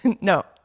No